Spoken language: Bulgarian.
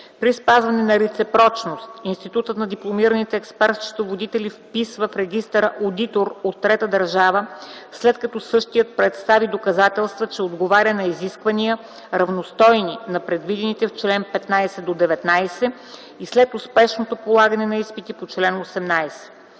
При спазване на реципрочност, Институтът на дипломираните експерт-счетоводители вписва в регистъра одитор от трета държава, след като същият представи доказателства, че отговаря на изисквания, равностойни на предвидените в чл. 15-19, и след успешно полагане на изпитите по чл. 18.